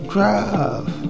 Drive